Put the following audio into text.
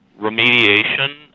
remediation